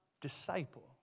disciple